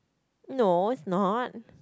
no is not